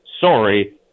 sorry